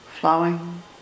flowing